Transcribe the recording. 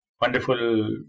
wonderful